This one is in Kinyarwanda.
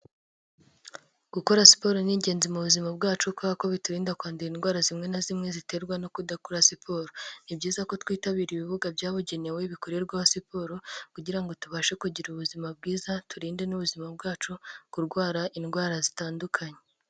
Gukora siporo ni ingenzi mu buzima bwacu kubera ko biturinda kwandura indwara zimwe na zimwe ziterwa no kudakora siporo, ni byiza ko twitabira ibibuga byabugenewe bikorerwaho siporo kugira ngo tubashe kugira ubuzima bwiza, turinde n'ubuzima bwacu kurwara indwara zitandukanye.